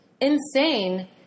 insane